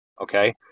okay